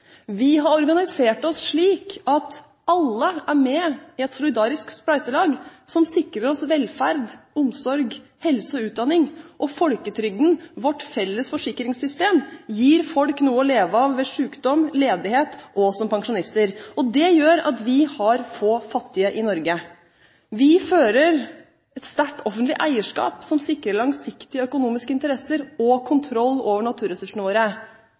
Vi har organisert oss slik at alle er med i et solidarisk spleiselag som sikrer oss velferd, omsorg, helse og utdanning. Folketrygden – vårt felles forsikringssystem – gir folk noe å leve av ved sykdom, ledighet og som pensjonister. Det gjør at vi har få fattige i Norge. Vi fører et sterkt offentlig eierskap som sikrer langsiktige økonomiske interesser og kontroll over naturressursene våre.